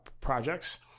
projects